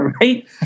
Right